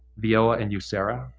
veoa and userra,